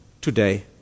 today